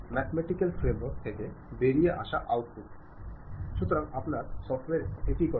എന്നാൽ നിങ്ങൾ ഓർഗനൈസേഷനിൽ ആശയവിനിമയം ചെയ്യുമ്പോൾ നിങ്ങൾ വളരെ വ്യക്തമായിരിക്കണം